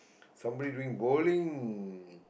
somebody doing bowling